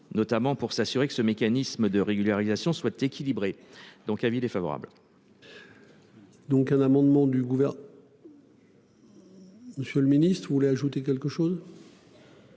notamment pour s'assurer que ce mécanisme de régularisation soit équilibré. Donc, avis défavorable.-- Donc, un amendement du gouverneur.-- Monsieur le Ministre, vous voulez ajouter quelque chose.--